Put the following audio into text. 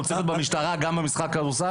הוא צריך להיות במשטרה גם במשחק הכדורסל?